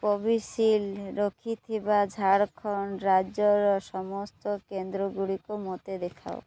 Covishield ରଖିଥିବା ଝାଡ଼ଖଣ୍ଡ ରାଜ୍ୟର ସମସ୍ତ କେନ୍ଦ୍ର ଗୁଡ଼ିକ ମୋତେ ଦେଖାଅ